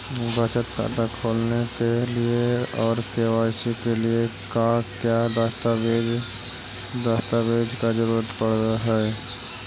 बचत खाता खोलने के लिए और के.वाई.सी के लिए का क्या दस्तावेज़ दस्तावेज़ का जरूरत पड़ हैं?